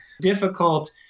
difficult